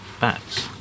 Bats